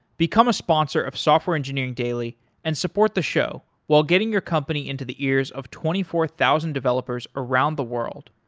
become a sponsor of software engineering daily and support the show while getting your company into the ears of twenty four thousand developers around the world.